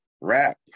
Rap